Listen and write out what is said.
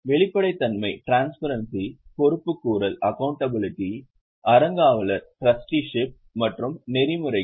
வெளிப்படைத்தன்மை பொறுப்புக்கூறல் அறங்காவலர் மற்றும் நெறிமுறைகள்